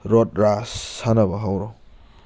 road ꯔꯥꯁ ꯁꯥꯟꯅꯕ ꯍꯧꯔꯣ